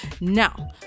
Now